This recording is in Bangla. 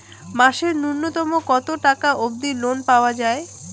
মাসে নূন্যতম কতো টাকা অব্দি লোন পাওয়া যায়?